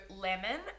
lemon